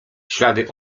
ślady